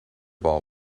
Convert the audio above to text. ball